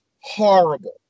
horrible